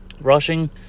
Rushing